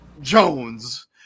Jones